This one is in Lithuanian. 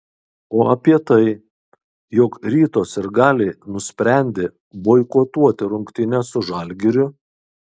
o apie tai jog ryto sirgaliai nusprendė boikotuoti rungtynes su žalgiriu